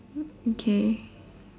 okay